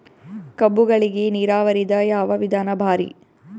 ಕಬ್ಬುಗಳಿಗಿ ನೀರಾವರಿದ ಯಾವ ವಿಧಾನ ಭಾರಿ?